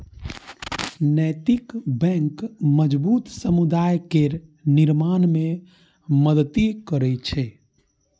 नैतिक बैंक मजबूत समुदाय केर निर्माण मे मदति करै छै